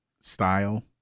style